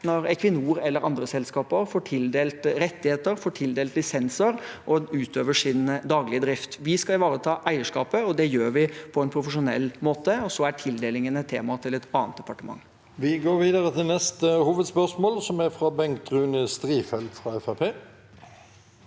når Equinor eller andre selskaper får tildelt rettigheter og lisenser og utøver sin daglige drift. Vi skal ivareta eierskapet, og det gjør vi på en profesjonell måte, og så er tildelingen et tema for et annet departement. Presidenten Vi går videre til neste ho- vedspørsmål. Bengt Rune Strifeldt (FrP)